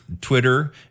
Twitter